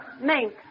mink